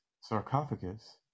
sarcophagus